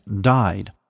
died